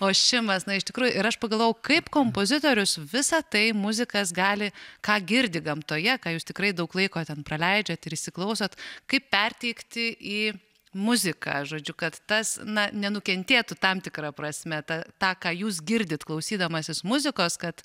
ošimas na iš tikrųjų ir aš pagalvojau kaip kompozitorius visą tai muzikas gali ką girdi gamtoje ką jūs tikrai daug laiko ten praleidžiat ir įsiklausot kaip perteikti į muziką žodžiu kad tas na nenukentėtų tam tikra prasme ta tą ką jūs girdit klausydamasis muzikos kad